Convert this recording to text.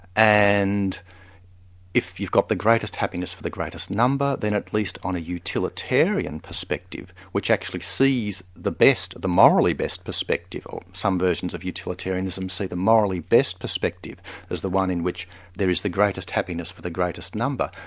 and if you've got the greatest happiness for the greatest number, then at least on a utilitarian perspective, which actually sees the best, the morally best perspective, or some versions of utilitarianism see the morally best perspective as the one in which there is the greatest happiness for the greatest number.